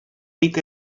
pit